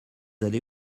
allés